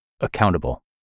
Accountable